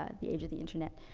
ah the age of the internet.